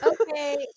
Okay